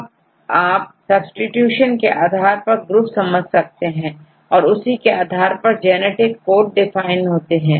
अब आप सब्सीट्यूशन के आधार पर ग्रुप समझ सकते हैं और उसी के आधार पर जेनेटिक कोड डिफाइन होते हैं